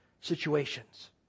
situations